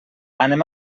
anem